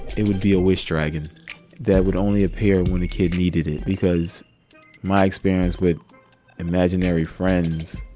it would be a wish dragon that would only appear when a kid needed it because my experience with imaginary friends,